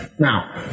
Now